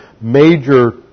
major